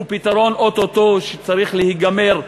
הוא פתרון שאו-טו-טו צריך להיגמר,